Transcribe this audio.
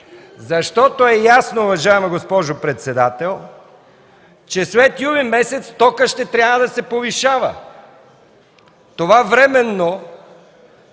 Защото е ясно, уважаема госпожо председател, че след месец юли цената на тока ще трябва да се повишава. Това временно